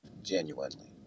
Genuinely